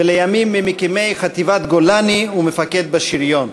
ולימים ממקימי חטיבת גולני ומפקד בשריון.